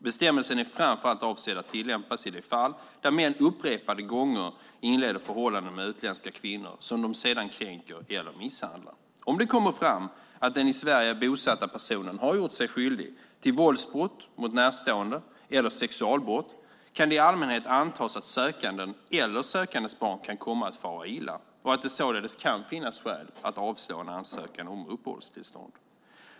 Bestämmelsen är framför allt avsedd att tillämpas i de fall där män upprepade gånger inleder förhållanden med utländska kvinnor som de sedan kränker eller misshandlar. Om det kommer fram att den i Sverige bosatta personen har gjort sig skyldig till våldsbrott mot närstående eller sexualbrott kan det i allmänhet antas att sökanden eller sökandens barn kan komma att fara illa och att det således kan finnas skäl att avslå en ansökan om uppehållstillstånd.